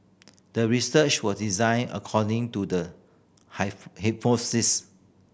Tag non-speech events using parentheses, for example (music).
the research was designed according to the (unintelligible) hypothesis